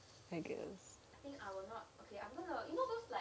I guess